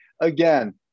again